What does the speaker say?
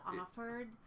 offered